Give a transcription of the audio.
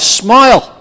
smile